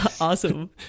Awesome